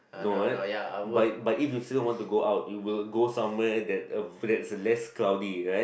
no that but but if you serious want to go out you will go somewhere that hopefully that's less cloudy right